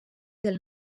del